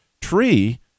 tree